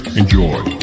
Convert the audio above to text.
enjoy